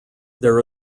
there